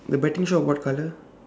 the betting shop what color